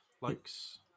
likes